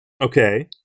Okay